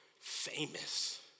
famous